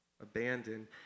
abandoned